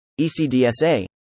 ECDSA